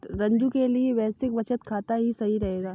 रंजू के लिए बेसिक बचत खाता ही सही रहेगा